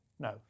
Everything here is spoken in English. No